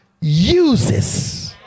uses